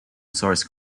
source